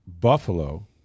Buffalo